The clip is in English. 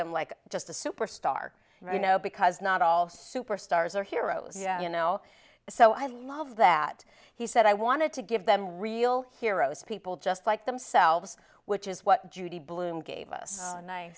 them like just a superstar you know because not all superstars are heroes you know so i love that he said i wanted to give them real heroes people just like themselves which is what judy blume gave us a